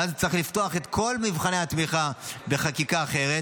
ואז צריך לפתוח את כל מבחני התמיכה בחקיקה אחרת,